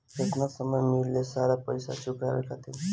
केतना समय मिली सारा पेईसा चुकाने खातिर?